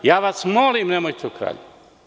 Ja vas molim, nemojte o Kraljevu.